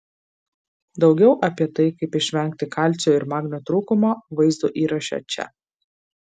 daugiau apie tai kaip išvengti kalcio ir magnio trūkumo vaizdo įraše čia